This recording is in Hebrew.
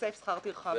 מתווסף שכר טרחה ב'.